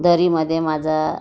दरीमधे माझा